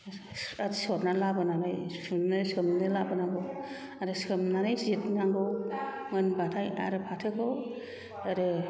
बाथि सरनानै लाबोनानै सुनो सोमनो लाबोनांगौ आरो सोमनानै जिरनांगौ मोनबाथाय आरो फाथोखौ आरो